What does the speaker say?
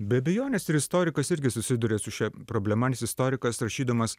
be abejonės ir istorikas irgi susiduria su šia problema nes istorikas rašydamas